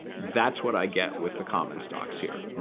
that's what i get with the common stocks here.